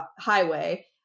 highway